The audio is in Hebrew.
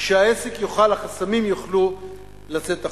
שהחסמים יוכלו לצאת החוצה.